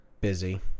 Busy